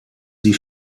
sie